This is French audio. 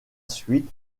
suite